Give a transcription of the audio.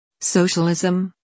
Socialism